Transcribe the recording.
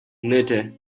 knitter